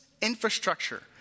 infrastructure